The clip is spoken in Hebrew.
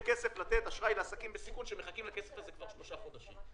כסף לתת לעסקים בסיכון שמחכים לסיוע כבר שלושה חודשים.